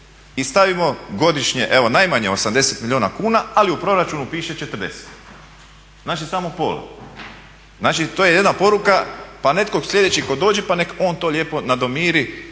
i stavimo godišnje najmanje 80 milijuna kuna, ali u proračunu piše 40, znači samo pola. Znači to je jedna poruka pa netko sljedeći tko dođe pa nek on to lijepo nadomiri